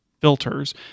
filters